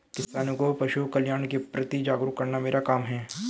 किसानों को पशुकल्याण के प्रति जागरूक करना मेरा काम है